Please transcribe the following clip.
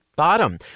bottom